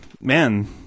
man